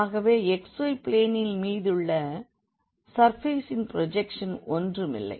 ஆகவே xy பிளேனின் மீதுள்ள சர்ஃபேசின் பிரோஜெக்க்ஷன் ஒன்றுமில்லை